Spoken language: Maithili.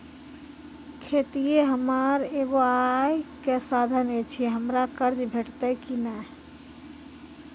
खेतीये हमर एगो आय के साधन ऐछि, हमरा कर्ज भेटतै कि नै?